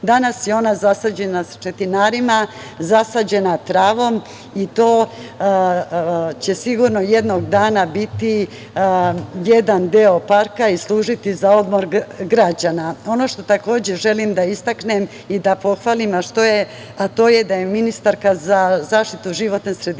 Danas je ona zasađena sa četinarima, zasađena travom i to će sigurno jednog dana biti jedan deo parka i služiti za odmor građana. Ono što takođe želim da istaknem i da pohvalim, a to je da je ministarka za zaštitu životne sredine